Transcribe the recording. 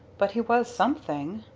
but he was something.